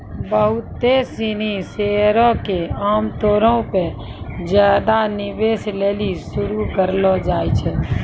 बहुते सिनी शेयरो के आमतौरो पे ज्यादे निवेश लेली शुरू करलो जाय छै